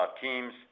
Teams